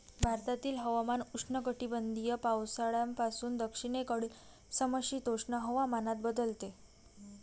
भारतातील हवामान उष्णकटिबंधीय पावसाळ्यापासून दक्षिणेकडील समशीतोष्ण हवामानात बदलते